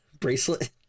Bracelet